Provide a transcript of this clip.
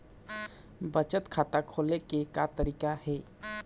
बचत खाता खोले के का तरीका हे?